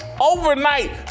overnight